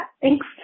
Thanks